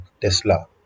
Tesla